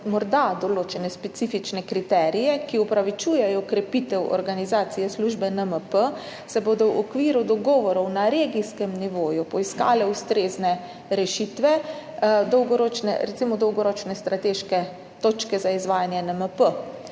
morda določene specifične kriterije, ki opravičujejo krepitev organizacije službe NMP, se bodo v okviru dogovorov na regijskem nivoju poiskale ustrezne rešitve, recimo dolgoročne strateške točke za izvajanje NMP.